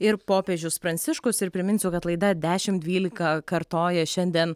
ir popiežius pranciškus ir priminsiu kad laida dešim dvylika kartoja šiandien